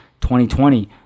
2020